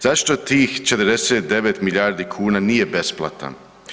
Zašto tih 49 milijardi kuna nije besplatno?